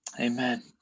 Amen